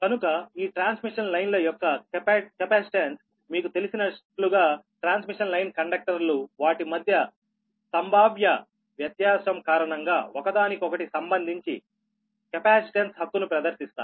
కనుక ఈ ట్రాన్స్మిషన్ లైన్ల యొక్క కెపాసిటెన్స్ మీకు తెలిసినట్లుగా ట్రాన్స్మిషన్ లైన్ కండక్టర్లు వాటి మధ్య సంభావ్య వ్యత్యాసం కారణంగా ఒకదానికొకటి సంబంధించి కెపాసిటెన్స్ హక్కును ప్రదర్శిస్తాయి